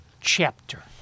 chapter